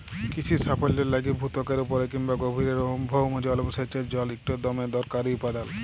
কিসির সাফল্যের লাইগে ভূত্বকের উপরে কিংবা গভীরের ভওম জল এবং সেঁচের জল ইকট দমে দরকারি উপাদাল